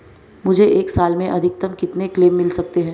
मुझे एक साल में अधिकतम कितने क्लेम मिल सकते हैं?